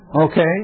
Okay